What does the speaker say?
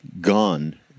gone